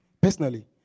personally